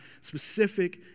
specific